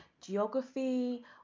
geography